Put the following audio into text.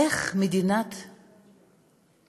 איך מדינה כזו